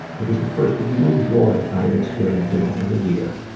it was the first real joy i had experienced in over a year.